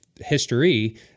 history